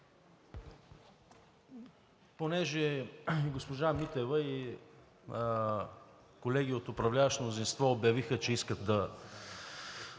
Понеже госпожа Митева и колеги от управляващото мнозинство обявиха, че искат да